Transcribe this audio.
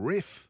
Riff